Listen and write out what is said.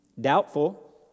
Doubtful